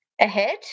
ahead